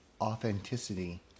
authenticity